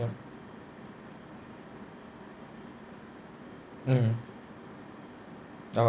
ya mmhmm